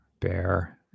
Bear